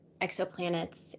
exoplanets